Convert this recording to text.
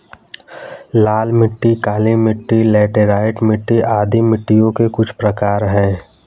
लाल मिट्टी, काली मिटटी, लैटराइट मिट्टी आदि मिट्टियों के कुछ प्रकार है